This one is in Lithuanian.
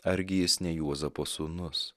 argi jis ne juozapo sūnus